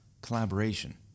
collaboration